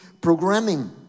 programming